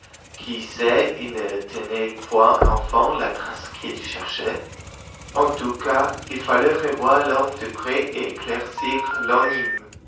qui sait s'il ne tenait point enfin la trace qu'il cherchait en tout cas il fallait revoir l'homme de près et éclaircir l'énigme